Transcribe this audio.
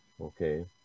Okay